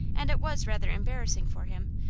and it was rather embarrassing for him,